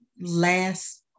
last